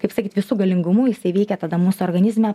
kaip sakyt visu galingumu jisai veikia tada mūsų organizme